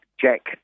Jack